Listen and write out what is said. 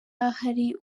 ahari